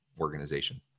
organization